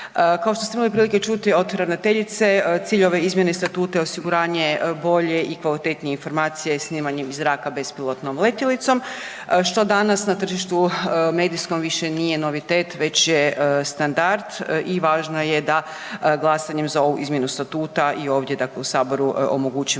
Kao što ste imali prilike čuti od ravnateljice, cilj ove izmjene statuta je osiguranje bolje i kvalitetnije informacije i snimanje iz zraka bespilotnom letjelicom, što danas na tržištu medijskom više nije novitet već je standard i važno je da glasanjem za ovu izmjenu statuta i ovdje, dakle u Saboru omogućimo